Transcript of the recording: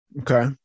Okay